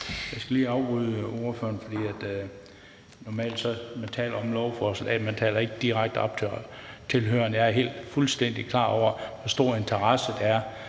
Jeg skal lige afbryde ordføreren. Normalt når man taler om lovforslag, taler man ikke direkte op til tilhørerne. Jeg er fuldstændig klar over, hvor stor interesse der er